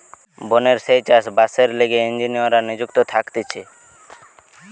বনে যেই চাষ বাসের লিগে ইঞ্জিনীররা নিযুক্ত থাকতিছে